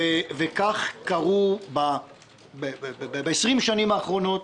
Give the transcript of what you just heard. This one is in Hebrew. וכך קרו ב-20 השנים האחרונות